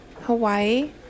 Hawaii